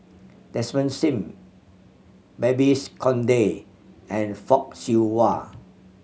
Desmond Sim Babes Conde and Fock Siew Wah